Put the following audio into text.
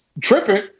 tripping